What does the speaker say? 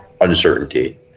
uncertainty